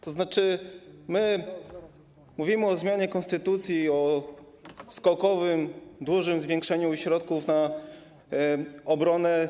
To znaczy, mówimy o zmianie konstytucji, o skokowym, dużym zwiększeniu środków na obronę.